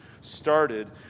started